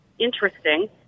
Interesting